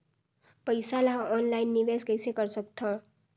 पईसा ल ऑनलाइन निवेश कइसे कर सकथव?